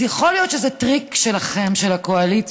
אז יכול להיות שזה טריק שלכם, של הקואליציה: